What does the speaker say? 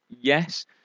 yes